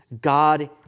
God